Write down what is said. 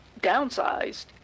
downsized